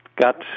got